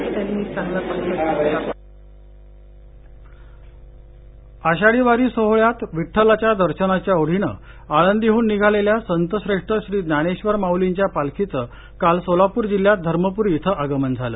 आषाढी वारी आषाढी वारी सोहळ्यात विठ्ठलाच्या दर्शनाच्या ओढीने आळंदीतून निघालेल्या संतश्रेष्ठ श्री ज्ञानेश्वर माऊलींच्या पालखीचे काल सोलापूर जिल्ह्यात धर्मपूरी येथे आगमन झाले